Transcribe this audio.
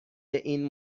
این